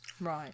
Right